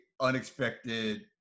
unexpected